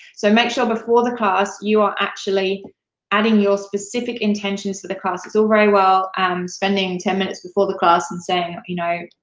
so make sure, before the class, you are actually adding your specific intentions to the class. it's all very well um spending ten minutes before the class and saying, you know,